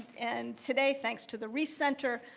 and, today, thanks to the reiss center,